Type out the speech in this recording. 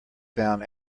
found